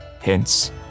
Hence